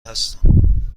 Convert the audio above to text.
هستم